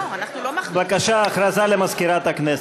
בבקשה, הודעה למזכירת הכנסת.